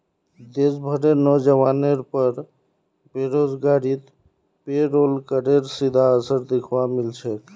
देश भरेर नोजवानेर पर बेरोजगारीत पेरोल करेर सीधा असर दख्वा मिल छेक